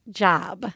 job